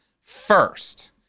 first